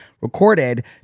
recorded